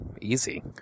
easy